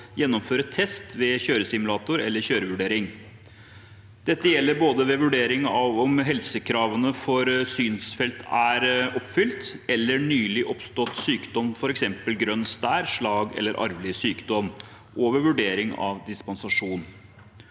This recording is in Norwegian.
gjennomføre test ved kjøresimulator eller kjørevurdering. Dette gjelder både ved vurdering av om helsekravene for synsfelt er oppfylt eller ved nylig oppstått sykdom, f.eks. grønn stær, slag eller arvelig sykdom, og ved vurdering av dispensasjon.